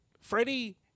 Freddie